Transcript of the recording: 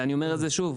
ואני אומר את זה שוב,